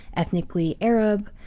ethnically arab.